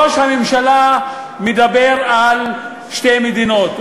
ראש הממשלה מדבר על שתי מדינות,